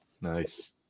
nice